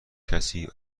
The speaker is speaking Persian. کسی